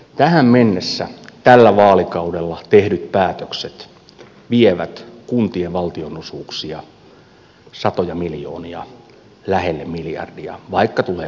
tähän mennessä tällä vaalikaudella tehdyt päätökset vievät kuntien valtionosuuksia satoja miljoonia lähelle miljardia vaikka tulee kompensaatioitakin tätä suuruusluokkaa